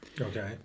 okay